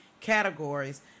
categories